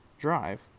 drive